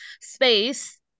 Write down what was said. space